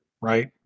right